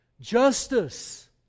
justice